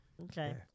Okay